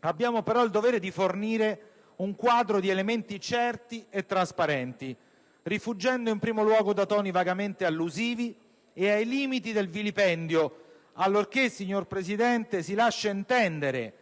abbiamo però il dovere di fornire un quadro di elementi certi e trasparenti, rifuggendo in primo luogo da toni vagamente allusivi e ai limiti del vilipendio, allorché, signor Presidente, si lascia intendere